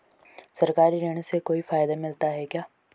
सरकारी ऋण से कोई फायदा मिलता है क्या?